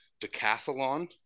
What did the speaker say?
Decathlon